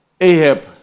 Ahab